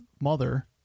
mother